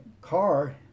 car